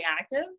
active